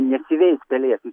nesiveis pelėsis